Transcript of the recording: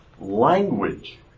language